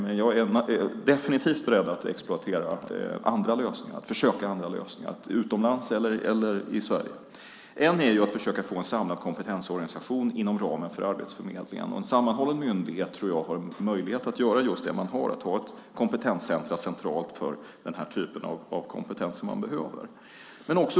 Men jag är definitivt beredd att försöka med andra lösningar som kan finnas utomlands eller i Sverige. En är att försöka få en samlad kompetensorganisation inom ramen för Arbetsförmedlingen. Jag tror att en sammanhållen myndighet har möjlighet att ha ett centralt kompetenscentrum för den här typen av kompetens.